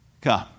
come